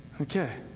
okay